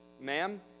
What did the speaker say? ma'am